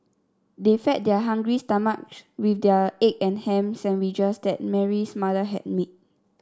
they fed their hungry stomachs with the egg and ham sandwiches that Mary's mother had made